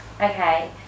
Okay